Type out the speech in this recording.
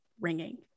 ringing